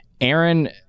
Aaron